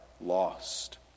lost